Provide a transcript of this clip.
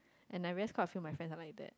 and